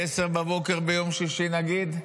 ב-10:00 ביום שישי, נגיד,